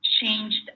changed